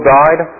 died